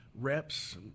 reps